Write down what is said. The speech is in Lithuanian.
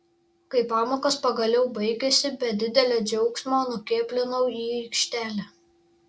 kai pamokos pagaliau baigėsi be didelio džiaugsmo nukėblinau į aikštelę